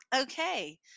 Okay